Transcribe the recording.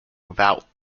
without